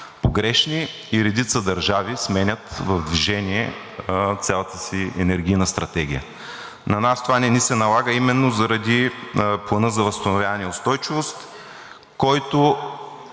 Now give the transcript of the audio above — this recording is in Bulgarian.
погрешни и редица държави сменят в движение цялата си енергийна стратегия. На нас това не ни се налага именно заради Плана за възстановяване и устойчивост, в който